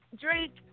Drake